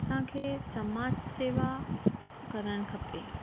असांखे समाज सेवा करणु खपे